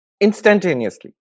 instantaneously